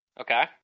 Okay